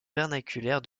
vernaculaire